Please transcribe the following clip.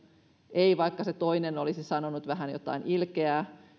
ei vaikka se toinen olisi sanonut jotain vähän ilkeää